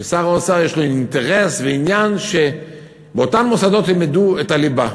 שלשר האוצר יש אינטרס ועניין שבאותם מוסדות ילמדו את הליבה,